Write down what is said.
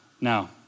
Now